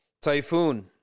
Typhoon